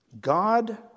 God